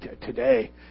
today